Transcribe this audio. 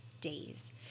days